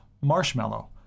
Marshmallow